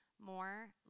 more